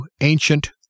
Ancient